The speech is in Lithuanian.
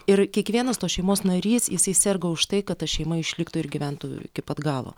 ir kiekvienas tos šeimos narys jisai serga už tai kad ta šeima išliktų ir gyventų iki pat galo